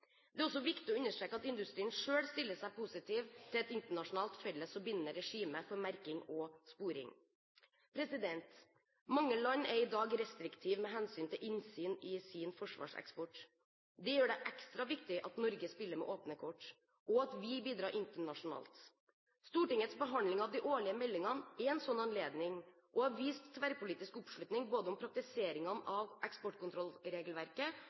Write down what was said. Det er også viktig å understreke at industrien selv stiller seg positiv til et internasjonalt felles og bindende regime for merking og sporing. Mange land er i dag restriktive med hensyn til innsyn i sin forsvarseksport. Det gjør det ekstra viktig at Norge spiller med åpne kort, og at vi bidrar internasjonalt. Stortingets behandling av de årlige meldingene er en sånn anledning og har vist tverrpolitisk oppslutning både om praktiseringen av eksportkontrollregelverket